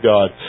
God